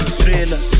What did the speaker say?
thriller